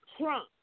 Trump